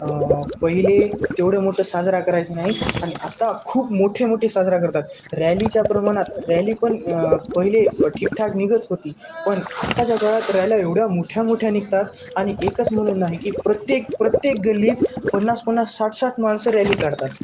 पहिले तेवढं मोठं साजरा करायचे नाही आणि आत्ता खूप मोठे मोठे साजरा करतात रॅलीच्या प्रमाणात रॅली पण पहिले ठीकठाक निघत होती पण आत्ताच्या काळात रॅला एवढ्या मोठ्या मोठ्या निघतात आणि एकच म्हणून नाही की प्रत्येक प्रत्येक गल्लीत पन्नास पन्नास साठ साठ माणसं रॅली काढतात